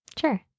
Sure